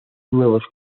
nuevos